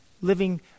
living